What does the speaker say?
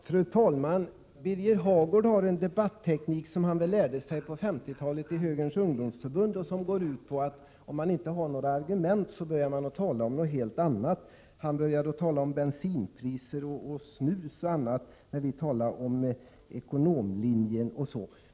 Fru talman! Birger Hagård har en debatteknik som han väl lärde sig på 50-talet i högerns ungdomsförbund och som går ut på att om man inte har några argument, så börjar man tala om något helt annat. Han började tala om bensinpriser, snus och annat, när vi talade om ekonomlinjen.